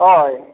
ᱦᱳᱭ